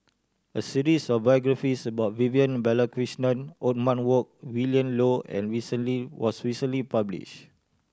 a series of biographies about Vivian Balakrishnan Othman Wok Willin Low and recently was recently published